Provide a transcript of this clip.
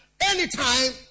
anytime